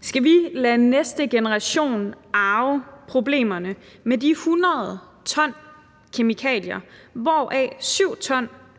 Skal vi lade næste generation arve problemerne med de 100 t kemikalier, hvoraf 7 t